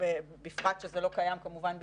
בפרט שזה לא קיים כמובן בישראל,